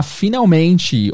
finalmente